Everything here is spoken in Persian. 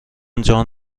جان